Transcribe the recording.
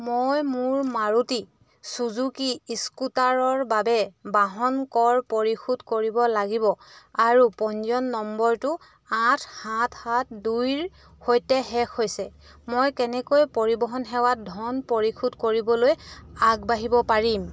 মই মোৰ মাৰুতি চুজুকি স্কুটাৰৰ বাবে বাহন কৰ পৰিশোধ কৰিব লাগিব আৰু পঞ্জীয়ন নম্বৰটো আঠ সাত সাত দুইৰ সৈতে শেষ হৈছে মই কেনেকৈ পৰিবহণ সেৱাত ধন পৰিশোধ কৰিবলৈ আগবাঢ়িব পাৰিম